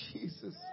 Jesus